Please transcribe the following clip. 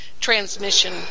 transmission